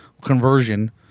conversion